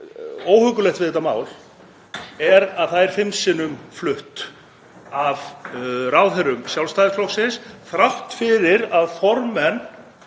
óhuggulegt við þetta mál er að það er fimm sinnum flutt af ráðherrum Sjálfstæðisflokksins þrátt fyrir að formenn